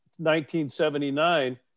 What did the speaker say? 1979